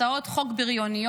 הצעות חוק בריוניות,